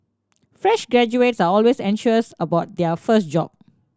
fresh graduates are always anxious about their first job